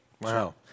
Wow